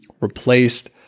replaced